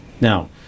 Now